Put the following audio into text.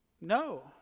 No